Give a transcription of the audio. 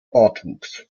bartwuchs